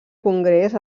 congrés